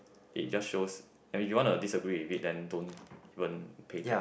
it just shows and you want to disagree with it then don't even pay tax